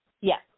Yes